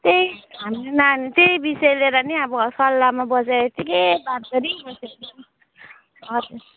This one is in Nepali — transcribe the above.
त्यही हामीले नानी त्यही विषय लिएर नि अब सल्लाहमा बसेर यत्तिकै बात गरिबस्यो हजुर